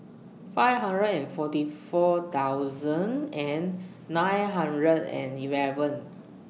five hundred and forty four thousand and nine hundred and eleven